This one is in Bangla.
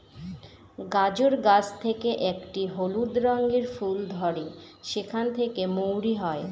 গাজর গাছ থেকে একটি হলুদ রঙের ফুল ধরে সেখান থেকে মৌরি হয়